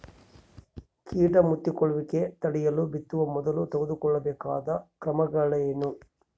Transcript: ಕೇಟ ಮುತ್ತಿಕೊಳ್ಳುವಿಕೆ ತಡೆಯಲು ಬಿತ್ತುವ ಮೊದಲು ತೆಗೆದುಕೊಳ್ಳಬೇಕಾದ ಕ್ರಮಗಳೇನು?